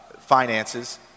finances